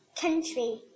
country